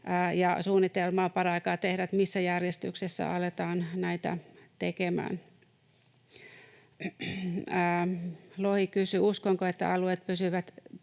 suunnitelmaa, missä järjestyksessä aletaan näitä tekemään. Lohi kysyi, uskonko, että alueet pysyvät